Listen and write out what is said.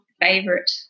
favorite